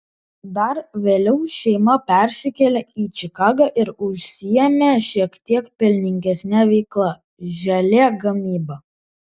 dar vėliau šeima persikėlė į čikagą ir užsiėmė šiek tiek pelningesne veikla želė gamyba